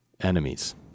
enemies